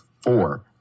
four